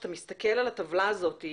כשאתה מסתכל על הטבלה הזאת,